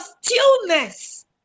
stillness